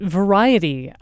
variety